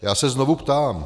Já se znovu ptám: